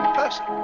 person